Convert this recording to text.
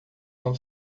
não